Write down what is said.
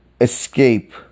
escape